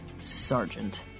Sergeant